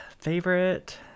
favorite